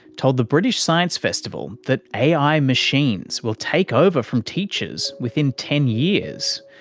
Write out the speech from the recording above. told the british science festival that ai machines will take over from teachers within ten years,